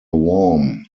warm